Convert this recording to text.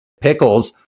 pickles